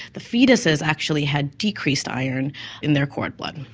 the foetuses actually had decreased iron in their cord blood.